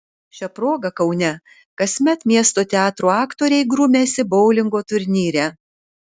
šia proga kaune kasmet miesto teatrų aktoriai grumiasi boulingo turnyre